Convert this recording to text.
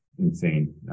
insane